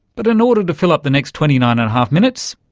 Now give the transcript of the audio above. but in order to fill up the next twenty nine and a half minutes,